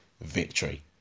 victory